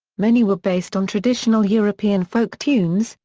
many were based on traditional european folk tunes,